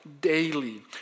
daily